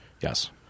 Yes